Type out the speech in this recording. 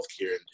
healthcare